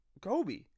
Kobe